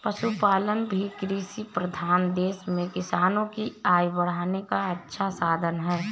पशुपालन भी कृषिप्रधान देश में किसानों की आय बढ़ाने का अच्छा साधन है